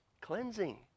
cleansing